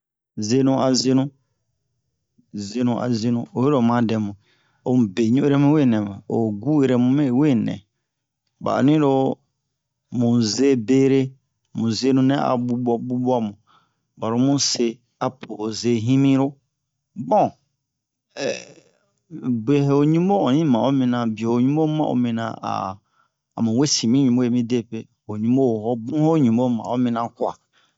zenu a zenu zenu a zenu oyiro o ma dɛ mu ho mu be ɲu'ere ho mu gu ere mu we nɛ ɓa onni lo mu ze bere mu zenu a ɓuɓuwa ɓuɓuwa mu ɓaro muse apo ho ze himiro bon be ho ɲubo onni ma'o minna be ho ɲubo ma'o minna a a mu we sin mi ɲubo midepe ho ɲubo ho mu ɲubo ma'o minna kuwa